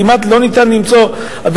כמעט לא ניתן למצוא היום,